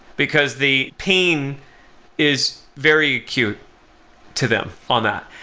because the pain is very acute to them on that.